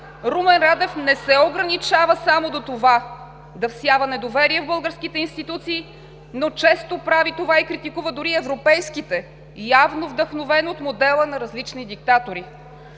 Румен Радев не се ограничава само до това да всява недоверие в българските институции, но често прави това и критикува дори и европейските, явно вдъхновен от модела на различни диктатори.